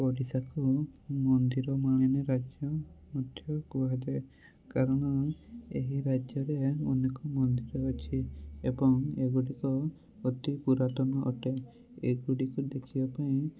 ଓଡ଼ିଶାକୁ ମନ୍ଦିର ମାଳିନୀ ରାଜ୍ୟ ମଧ୍ୟ କୁହାଯାଏ କାରଣ ଏହି ରାଜ୍ୟରେ ଅନେକ ମନ୍ଦିର ଅଛି ଏବଂ ଏଗୁଡ଼ିକ ଅତି ପୁରାତନ ଅଟେ ଏଗୁଡ଼ିକୁ ଦେଖିବା ପାଇଁ